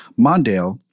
Mondale